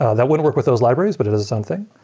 that wouldn't work with those libraries, but it is something.